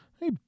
Hey